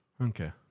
Okay